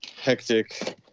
hectic